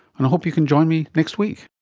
and i hope you can join me next week